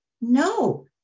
No